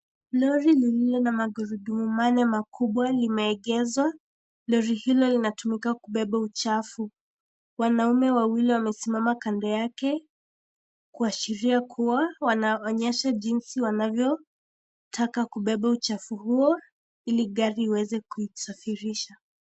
Lori lililo na magurudumu manne makubwa limeegezwa, lori hilo linatumika kubeba uchafu. Wanaume wawili wamesimama kando yake kuashiria kuwa wanaonyesha jinsi wanavyotaka kubeba uchafu huo ili gari iweze kuisafirisha.